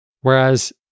whereas